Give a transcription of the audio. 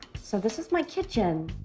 so, this is my kitchen.